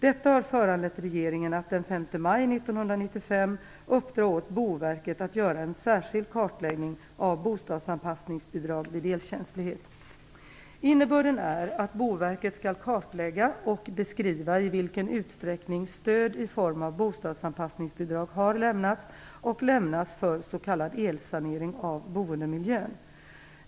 Detta har föranlett regeringen att den 5 maj 1995 uppdra åt Boverket att göra en särskild kartläggning av bostadsanpassningsbidrag vid elkänslighet. Innebörden är att Boverket skall kartlägga och beskriva i vilken utsträckning stöd i form av bostadsanpassningsbidrag har lämnats och lämnas för s.k. elsanering av boendemiljön.